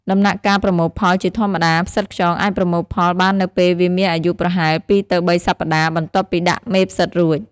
ដំណាក់កាលប្រមូលផលជាធម្មតា ផ្សិតខ្យងអាចប្រមូលផលបាននៅពេលវាមានអាយុប្រហែល ២ ទៅ ៣ សប្ដាហ៍ បន្ទាប់ពីដាក់មេផ្សិតរួច។